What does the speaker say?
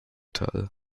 teil